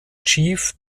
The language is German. chief